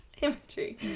Imagery